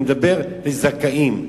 אני מדבר על זכאים.